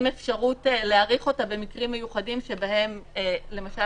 עם אפשרות להאריך אותה במקרים מיוחדים שבהם למשל